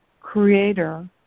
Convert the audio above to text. creator